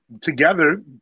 together